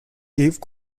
eve